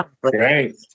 Great